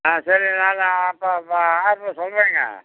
ஆ சரி நாங்கள் அப்போ ப ஆர்ட்ரு சொல்கிறேங்க